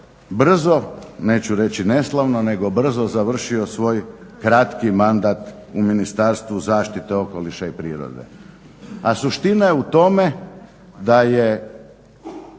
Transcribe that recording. brzo, neću reći neslavno nego brzo završio svoj kratki mandat u Ministarstvu zaštite okoliša i prirode. A suština je u tome da je